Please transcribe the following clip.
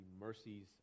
mercies